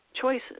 choices